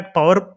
power